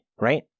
right